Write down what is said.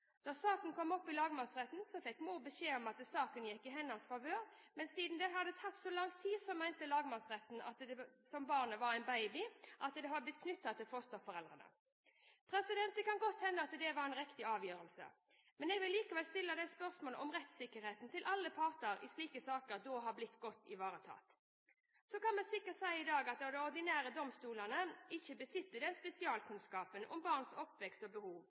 Da saken kom opp i lagmannsretten, fikk mor beskjed om at saken gikk i hennes favør, men siden det hadde tatt så lang tid, mente lagmannsretten at barnet, som da var baby, hadde blitt knyttet til fosterforeldrene. Det kan godt hende at det var en riktig avgjørelse. Men jeg vil likevel stille spørsmål om rettssikkerheten til alle parter i slike saker har blitt godt nok ivaretatt. Så kan vi sikkert si i dag at de ordinære domstolene ikke besitter spesialkunnskap om barns oppvekst og behov,